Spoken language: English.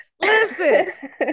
Listen